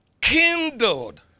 Kindled